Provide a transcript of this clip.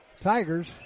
Tigers